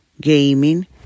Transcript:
gaming